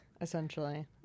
Essentially